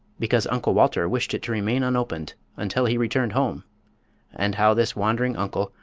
because uncle walter wished it to remain unopened until he returned home and how this wandering uncle,